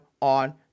on